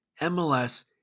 MLS